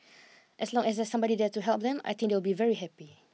as long as there's somebody there to help them I think they will be very happy